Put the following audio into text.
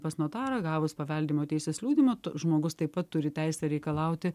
pas notarą gavus paveldėjimo teisės liudijimą žmogus taip pat turi teisę reikalauti